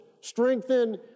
Strengthen